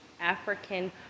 African